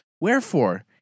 Wherefore